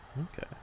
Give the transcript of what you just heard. okay